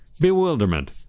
bewilderment